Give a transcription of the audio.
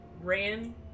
ran